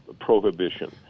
prohibition